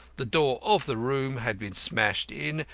the door of the room had been smashed in,